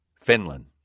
Finland